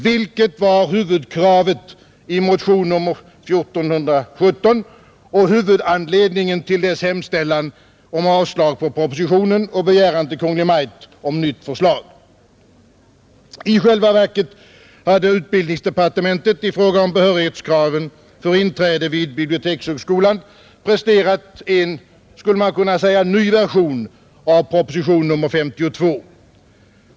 Detta var huvudkravet i motionen 1417 och huvudanledningen till dess hemställan om avslag på propositionen och begäran hos Kungl. Maj:t om nytt förslag. I själva verket hade utbildningsdepartementet i fråga om behörighetskraven för inträde vid bibliotekshögskolan presterat en, skulle man kunna säga, ny version av proposition nr 52.